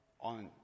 on